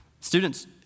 Students